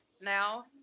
now